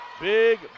Big